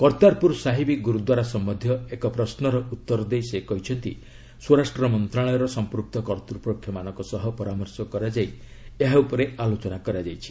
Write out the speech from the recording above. କର୍ତ୍ତାରପୁର ସାହିବ୍ ଗୁରୁଦ୍ୱାରା ସମ୍ଭନ୍ଧୀୟ ଏକ ପ୍ରଶ୍ମର ଉତ୍ତର ଦେଇ ସେ କହିଛନ୍ତି ସ୍ୱରାଷ୍ଟ୍ର ମନ୍ତ୍ରଣାଳୟର ସମ୍ପୃକ୍ତ କର୍ତ୍ତୃପକ୍ଷଙ୍କ ସହ ପରାମର୍ଶ କରାଯାଇ ଏହା ଉପରେ ଆଲୋଚନା କରାଯାଇଛି